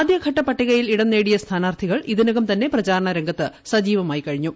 ആദ്യഘട്ട പട്ടികയിൽ ഇടംനേടിയ സ്ഥാനാർത്ഥികൾ ഇതിനകംതന്നെ പ്രചാരണ രംഗത്ത് സജീവമായികഴിഞ്ഞു